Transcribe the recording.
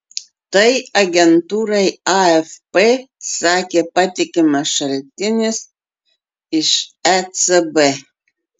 tai agentūrai afp sakė patikimas šaltinis iš ecb